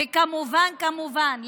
וכמובן כמובן,